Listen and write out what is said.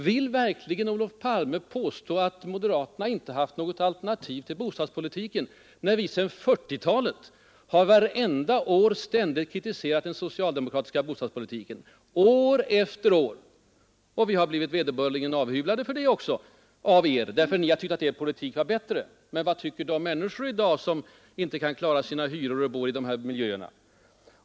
Vill verkligen Olof Palme påstå att moderaterna inte har haft något alternativ till bostadspolitiken, när vi sedan 1940-talet vartenda år ständigt kritiserat den socialdemokratiska bostadspolitiken? Vi har blivit vederbörligen avhyvlade för det också av er därför att ni har tyckt att er politik har varit bättre. Men vad tycker de människor som i dag bor i dessa miljöer och inte kan klara sina hyror?